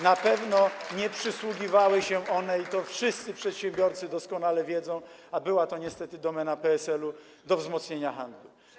Na pewno nie przysłużyły się one - i to wszyscy przedsiębiorcy doskonale wiedzą, a była to niestety domena PSL - wzmocnieniu handlu.